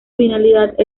finalidad